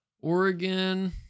Oregon